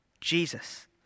Jesus